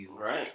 Right